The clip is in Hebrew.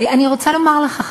אני רוצה לומר לך,